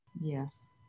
yes